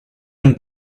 been